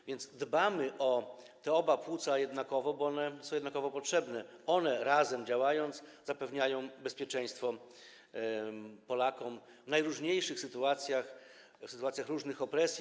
A więc dbamy o te oba płuca jednakowo, bo one są jednakowo potrzebne i działając razem, zapewniają bezpieczeństwo Polakom w najróżniejszych sytuacjach, w sytuacjach różnych opresji.